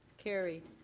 carried.